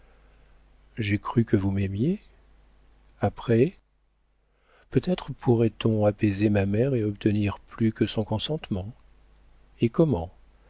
j'ai cru que vous m'aimiez après peut-être pourrait-on apaiser ma mère et obtenir plus que son consentement et comment